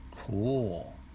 Cool